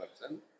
person